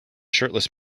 shirtless